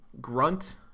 Grunt